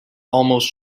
almost